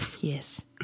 Yes